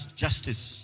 justice